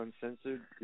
uncensored